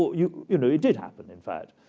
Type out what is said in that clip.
you you know, it did happen, in fact,